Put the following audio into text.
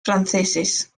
franceses